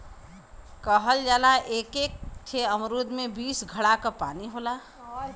कहल जाला एक एक ठे अमरूद में बीस घड़ा क पानी होला